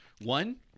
One